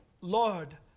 Lord